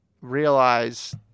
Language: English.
realize